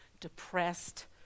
depressed